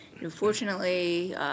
unfortunately